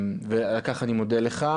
ועל כך אני מודה לך.